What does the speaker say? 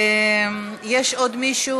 יש עוד מישהו?